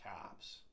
cops